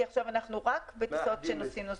כי אנחנו עכשיו רק בטיסות שנושאות נוסעים.